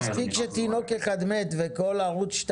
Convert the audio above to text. מספיק שתינוק אחד מת וכל ערוץ 1